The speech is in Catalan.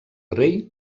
rei